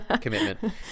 commitment